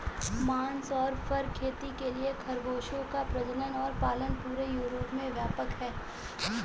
मांस और फर खेती के लिए खरगोशों का प्रजनन और पालन पूरे यूरोप में व्यापक है